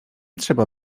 trzeba